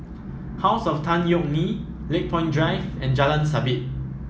House of Tan Yeok Nee Lakepoint Drive and Jalan Sabit